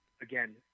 Again